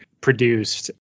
produced